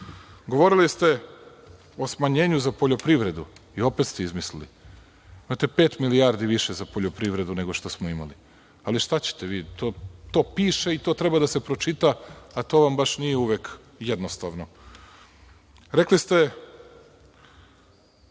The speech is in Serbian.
nikako. Govorili ste o smanjenju za poljoprivredu i opet ste izmislili. Imate pet milijardi više za poljoprivredu, nego što smo imali. Ali šta ćete, to piše i to treba da se pročita, ali to vam nije baš uvek jednostavno. Rekli ste